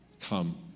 Come